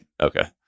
okay